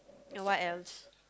what else